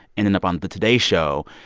ending up on the today show.